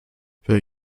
wer